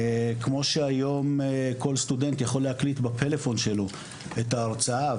כמו שהיום כל סטודנט יכול להקליט בפלאפון שלו את ההרצאה.